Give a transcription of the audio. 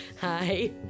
Hi